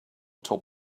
top